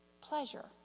pleasure